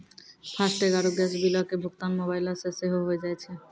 FASTag आरु gas बिलो के भुगतान मोबाइलो से सेहो होय जाय छै